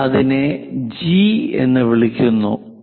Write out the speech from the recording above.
നമ്മൾ അതിനെ ജി എന്ന് വിളിക്കുന്നു